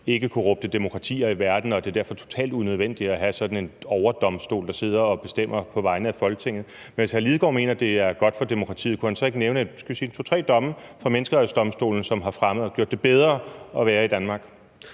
ikkekorrupte demokratier i verden, og at det derfor er totalt unødvendigt at have sådan en overdomstol, der sidder og bestemmer på vegne af Folketinget. Men hvis hr. Martin Lidegaard mener, at det er godt for demokratiet, kunne han så ikke nævne, skal vi sige en to-tre domme fra Menneskerettighedsdomstolen, som har gjort det bedre at være i Danmark?